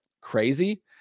crazy